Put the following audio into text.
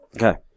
Okay